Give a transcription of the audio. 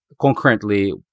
concurrently